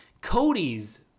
Cody's